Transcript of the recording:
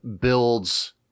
builds